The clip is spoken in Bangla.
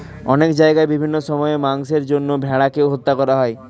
অনেক জায়গায় বিভিন্ন সময়ে মাংসের জন্য ভেড়াকে হত্যা করা হয়